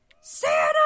Santa